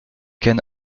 can